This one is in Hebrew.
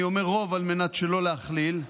אני אומר "רוב" על מנת שלא להכליל,